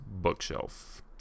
bookshelf